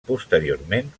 posteriorment